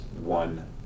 one